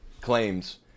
claims